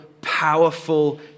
powerful